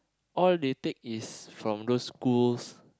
all they take is from those schools